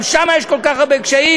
גם שם יש כל כך הרבה קשיים.